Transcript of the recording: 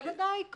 בוודאי.